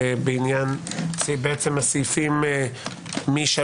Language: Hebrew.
סעיפים 3,